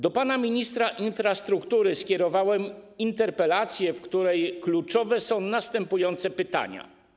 Do pana ministra infrastruktury skierowałem interpelację, w której kluczowe są następujące pytania.